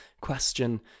question